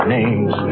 Names